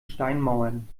steinmauern